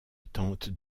tente